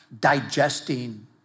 digesting